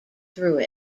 through